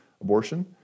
abortion